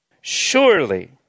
Surely